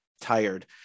tired